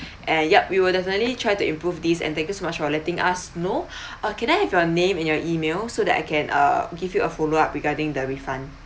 and yup we will definitely try to improve this and thank you so much about letting us know uh can I have your name and your email so that I can err give you a follow up regarding the refund